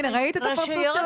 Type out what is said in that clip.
ראית את הפרצוף שלהן?